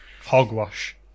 Hogwash